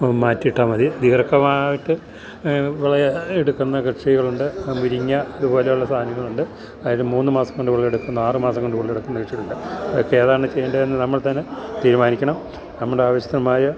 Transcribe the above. മാറ്റിയിട്ടാല് മതി ദീർഖമായിട്ട് വിളയെടുക്കുന്ന കക്ഷികളുണ്ട് മുരിങ്ങ അതുപോലെയുള്ള സാധനങ്ങളുണ്ട് അതില് മൂന്നു മാസംകൊണ്ടു വിളയെടുക്കുന്ന ആറു മാസം കൊണ്ടു വിളയെടുക്കുന്ന കൃഷികളുണ്ട് അതൊക്കെ ഏതാണു ചെയ്യണ്ടതെന്നു നമ്മൾ തന്നെ തീരുമാനിക്കണം നമ്മുടെ ആവശ്യമായ